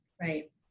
Right